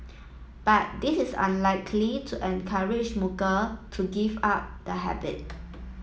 but this is unlikely to encourage smoker to give up the habit